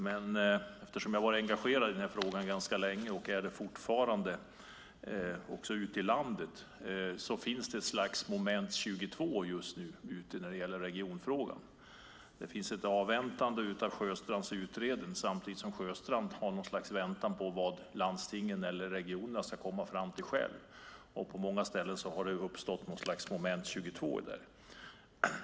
Men eftersom jag har varit engagerad i frågan ganska länge, och är det fortfarande, också ute i landet ser jag att det just nu finns ett slags moment 22 därute när det gäller regionfrågan. Det finns ett avvaktande och en väntan på Sjöstrands utredning samtidigt som Sjöstrand befinner sig i något slags väntan på vad landstingen eller regionerna själva ska komma fram till. På många ställen har det alltså uppstått något slags moment 22.